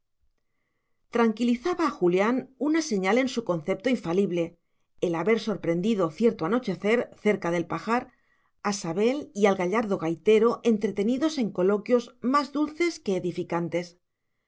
tranquilizaba a julián una señal en su concepto infalible el haber sorprendido cierto anochecer cerca del pajar a sabel y al gallardo gaitero entretenidos en coloquios más dulces que edificantes